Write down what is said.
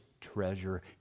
treasure